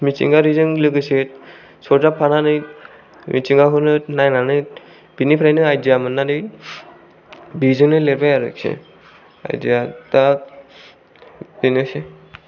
मिथिंगायारिजों लोगोसे सरजाबफानानै मिथिंगाखौनो नायनानै बिनिफ्रायनो आयदिया मोननानै बेजोंनो लिरबाय आरोखि आयदिया दा बेनोसै